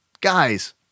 guys